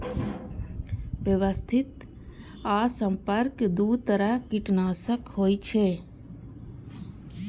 व्यवस्थित आ संपर्क दू तरह कीटनाशक होइ छै